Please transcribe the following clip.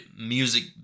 music